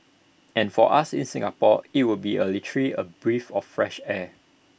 and for us in Singapore IT would be literally A breath of fresh air